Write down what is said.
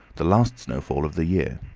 the last snowfall of the year,